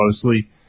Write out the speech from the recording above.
closely